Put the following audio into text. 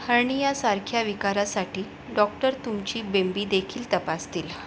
हर्नियासारख्या विकारासाठी डॉक्टर तुमची बेंबीदेखील तपासतील